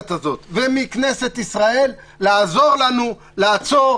המכובדת הזאת ומכנסת ישראל לעזור לנו לעצור